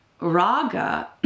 raga